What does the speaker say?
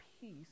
peace